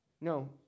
No